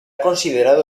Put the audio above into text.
considerado